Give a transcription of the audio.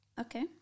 Okay